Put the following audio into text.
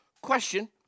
Question